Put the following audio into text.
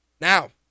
Now